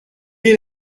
est